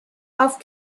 auf